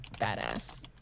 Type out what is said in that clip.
badass